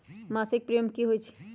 मासिक प्रीमियम की होई छई?